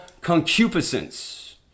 concupiscence